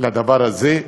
לדבר הזה.